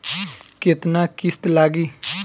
केतना किस्त लागी?